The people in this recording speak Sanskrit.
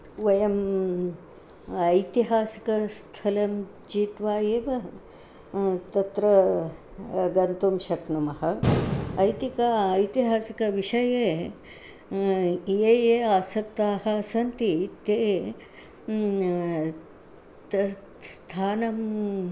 वयम् ऐतिहासिकस्थलं चीत्वा एव तत्र गन्तुं शक्नुमः ऐतिहासिकम् ऐतिहासिकविषये ये ये आसक्ताः सन्ति ते तत् स्थानम्